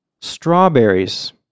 strawberries